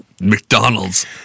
McDonald's